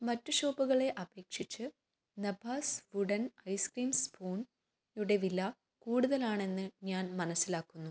മറ്റ് ഷോപ്പുകളെ അപേക്ഷിച്ച് നഭാസ് വുഡൻ ഐസ്ക്രീം സ്പൂൺയുടെ വില കൂടുതലാണെന്ന് ഞാൻ മനസ്സിലാക്കുന്നു